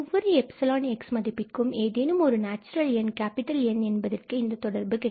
ஒவ்வொரு 𝜖𝑥மதிப்பிற்கும் ஏதேனும் ஒரு நேச்சுரல் எண் N என்பதற்கு இந்த தொடர்பு கிடைக்கும்